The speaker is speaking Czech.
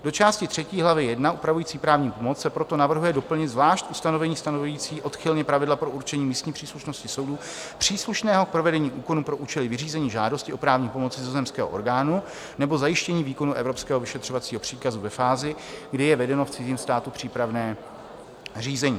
Do části třetí hlavy I upravující právní pomoc se proto navrhuje doplnit zvlášť ustanovení stanovující odchylně pravidla pro určení místní příslušnosti soudu příslušného k provedení úkonu pro účely vyřízení žádosti o právní pomoc cizozemského orgánu nebo zajištění výkonu evropského vyšetřovacího příkazu ve fázi, kdy je vedeno v cizím státu přípravné řízení.